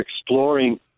exploring